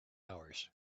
hours